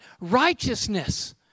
righteousness